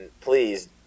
please